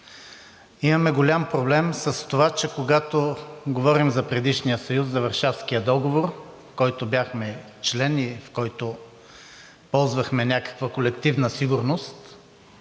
Имаме голям проблем с това, че когато говорим за предишния съюз – за Варшавския договор, в който бяхме член и в който ползвахме някаква колективна сигурност,